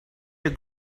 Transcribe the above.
your